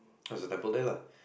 there's a temple there lah